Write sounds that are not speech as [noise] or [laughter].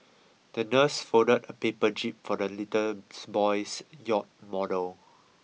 the nurse folded a paper jib for the little [unintelligible] boy's yacht model